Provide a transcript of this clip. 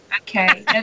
Okay